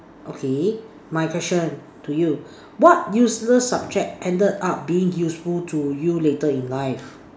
okay my question to you what useless subject ended up becoming useful to you later in life